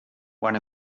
one